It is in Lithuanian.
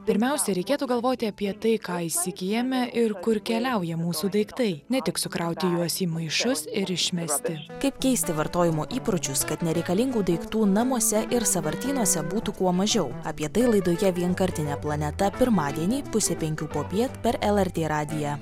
pirmiausia reikėtų galvoti apie tai ką įsigyjame ir kur keliauja mūsų daiktai ne tik sukrauti juos į maišus ir išmesti kaip keisti vartojimo įpročius kad nereikalingų daiktų namuose ir sąvartynuose būtų kuo mažiau apie tai laidoje vienkartinė planeta pirmadienį pusę penkių popiet per lrt radiją